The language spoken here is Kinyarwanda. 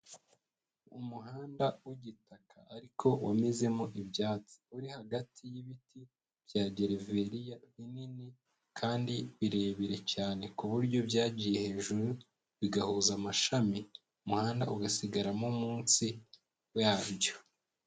Umuhanda w'igitaka ariko unyuzemo ibyatsi, uri hagati y'ibiti bya gereveriya binini kandi birebire cyane ku buryo byagiye hejuru bigahuza amashami, umuhanda ugasigaramo munsi yabyo.